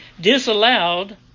disallowed